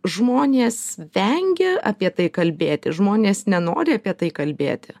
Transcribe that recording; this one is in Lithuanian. žmonės vengia apie tai kalbėti žmonės nenori apie tai kalbėti